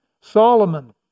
Solomon